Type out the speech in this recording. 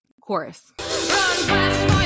Chorus